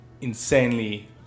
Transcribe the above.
insanely